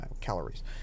calories